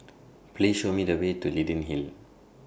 Please Show Me The Way to Leyden Hill